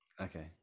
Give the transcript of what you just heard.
Okay